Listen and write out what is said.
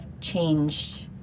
changed